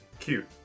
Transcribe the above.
Cute